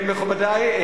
מכובדי,